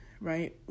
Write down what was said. right